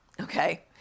okay